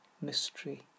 mystery